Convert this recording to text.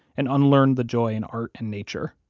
and unlearned the joy in art and nature.